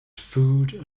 food